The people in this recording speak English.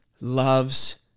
loves